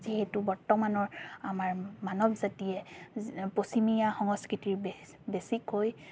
যিহেতু বৰ্তমানৰ আমাৰ মানৱ জাতিয়ে পশ্চিমীয়া সংস্কৃতিৰ বেছ বেছিকৈ